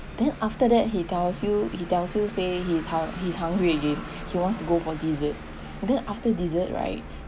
then after that he tells you he tells you say he's hung~ he's hungry again he wants to go for dessert then after dessert right